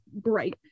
great